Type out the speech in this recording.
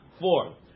four